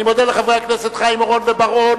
אני מודה לחברי הכנסת חיים אורון ובר-און.